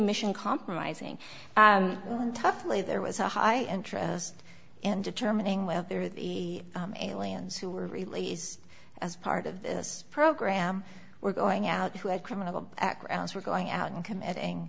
mission compromising toughly there was a high interest in determining whether the aliens who were released as part of this program were going out who had criminal backgrounds were going out and committing